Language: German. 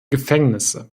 gefängnisse